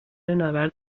نبرد